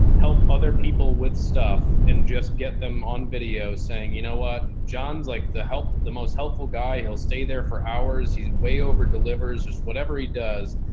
help other people with stuff and just get them on video saying, you know what, john's like the help, the most helpful guy. he'll stay there for hours. he's way over delivers just whatever he does.